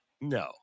No